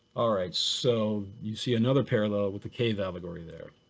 all right, so you see another parallel with the cave allegory there.